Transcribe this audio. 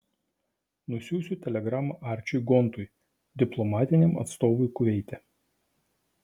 nusiųsiu telegramą arčiui gontui diplomatiniam atstovui kuveite